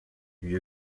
ibyo